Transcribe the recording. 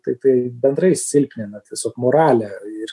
tai tai bendrai silpnina tiesiog moralę ir